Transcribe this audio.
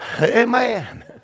Amen